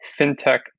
fintech